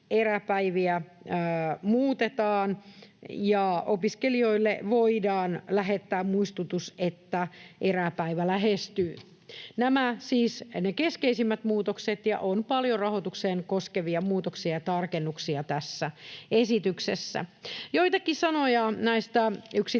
muutetaan ja opiskelijoille voidaan lähettää muistutus, että eräpäivä lähestyy. Nämä siis ne keskeisimmät muutokset, ja on paljon rahoitusta koskevia muutoksia ja tarkennuksia tässä esityksessä. Joitakin sanoja näistä yksittäisistä